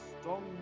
strong